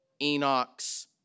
Enoch's